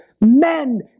men